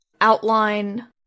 outline